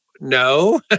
no